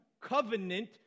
covenant